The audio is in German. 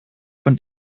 und